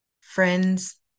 Friends